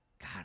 God